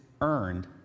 earned